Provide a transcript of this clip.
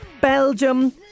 Belgium